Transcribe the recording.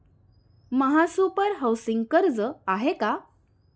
महासुपर हाउसिंग कर्ज आहे का?